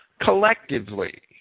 collectively